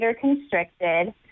constricted